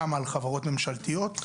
גם על חברות ממשלתיות.